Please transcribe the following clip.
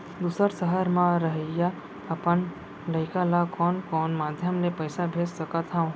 दूसर सहर म रहइया अपन लइका ला कोन कोन माधयम ले पइसा भेज सकत हव?